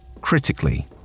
critically